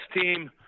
team